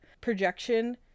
projection